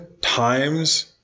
times